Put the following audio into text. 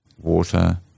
water